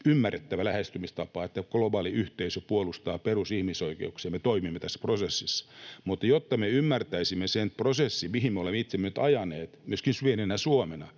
ymmärrettävä lähestymistapa, että globaali yhteisö puolustaa perusihmisoikeuksia, että me toimimme tässä prosessissa. Mutta jotta me ymmärtäisimme sen prosessin, mihin me olemme itsemme nyt ajaneet myöskin pienenä Suomena,